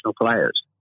players